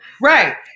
Right